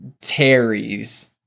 Terry's